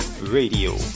Radio